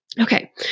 Okay